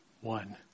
one